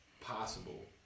possible